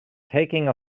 taking